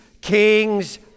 kings